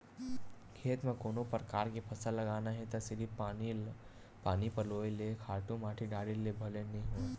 खेत म कोनो परकार के फसल लगाना हे त सिरिफ पानी पलोय ले, खातू माटी के डारे भर ले नइ होवय